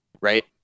right